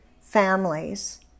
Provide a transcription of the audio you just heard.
families